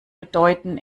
bedeuten